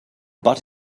but